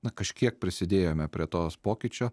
na kažkiek prisidėjome prie tos pokyčio